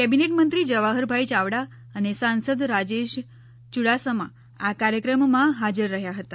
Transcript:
cabinet મંત્રી જવાહરભાઇ ચાવડા અને સાંસદ રાજેશ યુડાસમા આ કાર્યક્રમમાં હાજર રહ્યા હતા